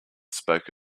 spoke